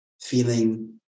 feeling